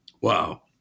Wow